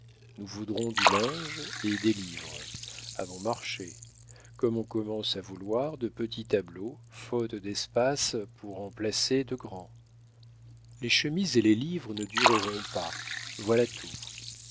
nous voudrons du linge et des livres à bon marché comme on commence à vouloir de petits tableaux faute d'espace pour en placer de grands les chemises et les livres ne dureront pas voilà tout